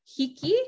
hiki